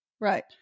Right